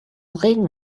regen